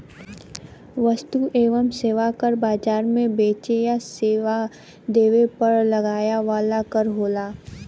वस्तु एवं सेवा कर बाजार में बेचे या सेवा देवे पर लगाया वाला कर होला